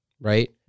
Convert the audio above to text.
right